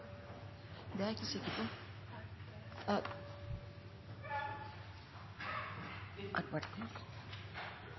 det er ikke sikkert at